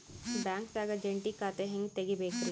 ಬ್ಯಾಂಕ್ದಾಗ ಜಂಟಿ ಖಾತೆ ಹೆಂಗ್ ತಗಿಬೇಕ್ರಿ?